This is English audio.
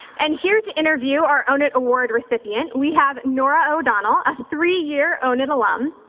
and here to interview our own it award recipient, we have norah o'donnell, a three year own it alum.